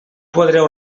podreu